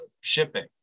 shipping